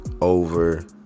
over